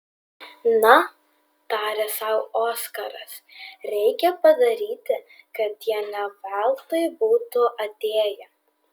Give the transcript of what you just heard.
na tarė sau oskaras reikia padaryti kad jie ne veltui būtų atėję